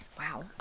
wow